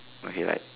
okay like